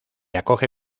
acoge